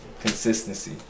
consistency